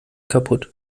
kaputt